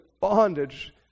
bondage